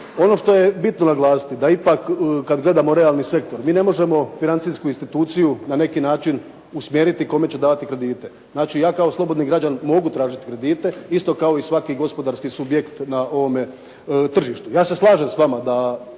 Ono što je bitno naglasiti da ipak kad gledamo realni sektor mi ne možemo financijsku instituciju na neki način usmjeriti kome će davati kredite. Znači, ja kao slobodni građanin mogu tražiti kredite isto kao i svaki gospodarski subjekt na ovome tržištu. Ja se slažem s vama da